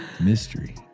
mystery